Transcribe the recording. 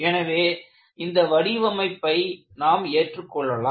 எனவே இந்த வடிவமைப்பை நாம் ஏற்றுக்கொள்ளலாம்